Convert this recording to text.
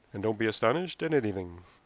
and don't be astonished at anything.